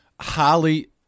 Highly